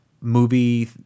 movie